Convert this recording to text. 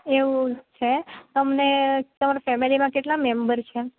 એવું છે તમે તમાર ફેમિલીમાં કેટલા મેમ્બર છો